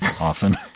often